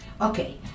Okay